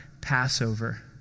Passover